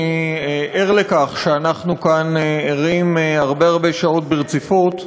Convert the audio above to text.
אני ער לכך שאנחנו כאן ערים הרבה הרבה שעות ברציפות,